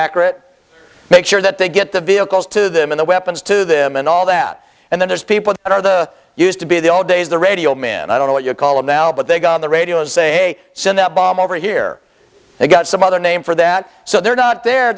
accurate make sure that they get the vehicles to them in the weapons to them and all that and then there's people that are the used to be the old days the radio man i don't know what you call them now but they go on the radio say sin that bomb over here they've got some other name for that so they're not the